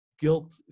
guilt